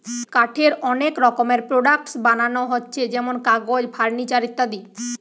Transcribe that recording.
কাঠের অনেক রকমের প্রোডাক্টস বানানা হচ্ছে যেমন কাগজ, ফার্নিচার ইত্যাদি